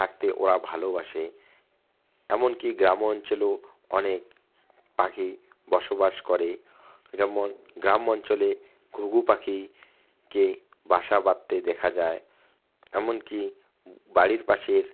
থাকতে ওরা ভালোবাসে এমনকি গ্রাম্য অঞ্চলেও অনেক পাখি বসবাস করে যেমন গ্রাম অঞ্চলে ঘুঘু পাখিকে বাসা বাঁধতে দেখা যায় এমনকি বাড়ির পাশের